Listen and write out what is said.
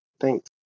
Thanks